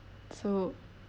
so